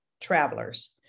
travelers